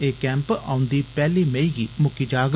एह् कैंप औंदी पैहली मई गी मुक्की जाग